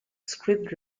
script